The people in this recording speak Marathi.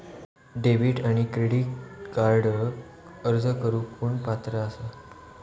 डेबिट आणि क्रेडिट कार्डक अर्ज करुक कोण पात्र आसा?